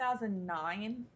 2009